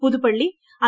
Puthuppally I